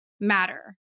matter